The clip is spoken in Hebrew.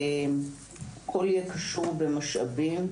הכול יהיה קשור במשאבים.